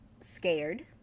scared